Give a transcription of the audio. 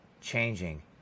changing